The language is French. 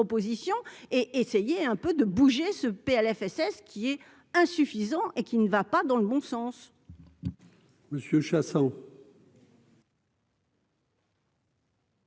et essayer un peu de bouger ce PLFSS qui est insuffisant et qui ne va pas dans le bon sens.